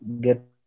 get